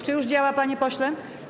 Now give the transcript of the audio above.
Czy już działa, panie pośle?